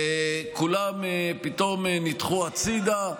כולם פתאום נדחו הצידה,